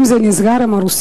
אם זה נסגר עם הרוסים,